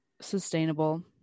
sustainable